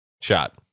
shot